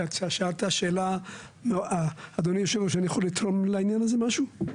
אדוני יושב הראש, אני יכול לתרום לעניין הזה משהו?